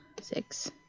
six